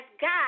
God